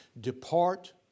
depart